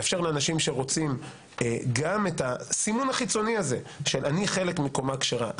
לאפשר לאנשים שרוצים גם את הסימון החיצוני הזה של אני חלק מקומה כשרה.